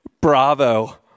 Bravo